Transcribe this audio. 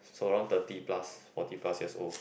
so around thirty plus forty plus years old